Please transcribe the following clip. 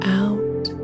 out